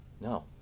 No